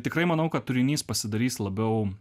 tikrai manau kad turinys pasidarys labiau